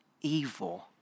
evil